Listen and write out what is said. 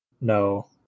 No